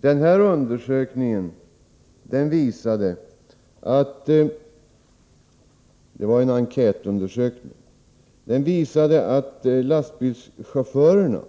Den enkätundersökningen visade att lastbilschaufförer